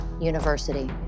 University